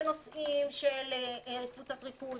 בנושאים של קבוצת ריכוז,